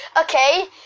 Okay